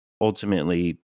ultimately